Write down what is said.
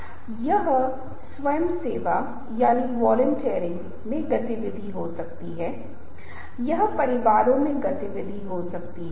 इसलिएभावनाएं इनमे आती हैं की मुझे लगता है कि मुझे यह पसंद है या मैं इसे नापसंद करता हूं इसलिए वे चीजें अंत में आती हैं और निर्णय लेने की ओर ले जाती हैं